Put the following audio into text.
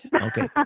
Okay